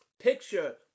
picture